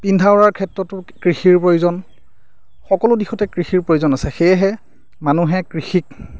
পিন্ধা উৰাৰ ক্ষেত্ৰতো কৃষিৰ প্ৰয়োজন সকলো দিশতে কৃষিৰ প্ৰয়োজন আছে সেয়েহে মানুহে কৃষিক